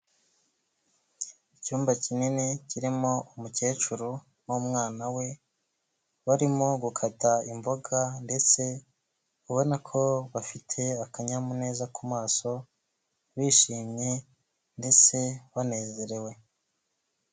Icyumba kinini kirimo umukecuru n'umwana we, barimo gukata imboga ndetse ubona ko bafite akanyamuneza ku maso, bishimye ndetse banezerewe.